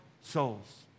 souls